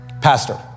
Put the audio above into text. pastor